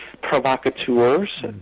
provocateurs